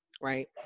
right